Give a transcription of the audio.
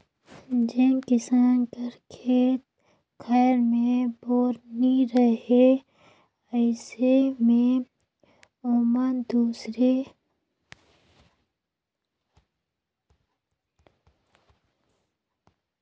जेन किसान कर खेत खाएर मे बोर नी रहें अइसे मे ओमन दूसर किसान कर बोर ले पइसा मे पानी बेसाए के अपन खेत मे पानी पटाथे